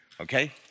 okay